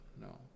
No